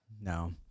No